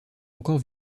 encore